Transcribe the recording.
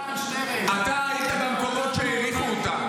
אתה שקרן, שטרן.